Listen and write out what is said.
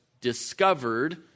discovered